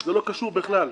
זה לא קשור בכלל.